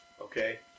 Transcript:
Okay